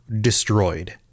destroyed